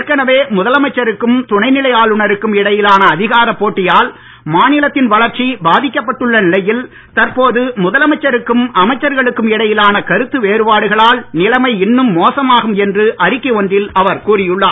ஏற்கனவே முதலமைச்சருக்கும் துணைநிலை ஆளுனருக்கும் இடையிலான அதிகாரப் போட்டியால் மாநிலத்தின் வளர்ச்சி பாதிக்கப்பட்டள்ள நிலையில் தற்போது முதலமைச்சருக்கும் அமைச்சர்களுக்கும் இடையிலான கருத்து வேறுபாடுகளால் நிலைமை இன்னும் மோசமாகும் என்று அறிக்கை ஒன்றில் அவர் கூறியுள்ளார்